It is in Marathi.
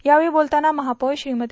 यावेळी बोलताना महापौर श्रीमती